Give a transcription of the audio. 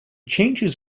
changes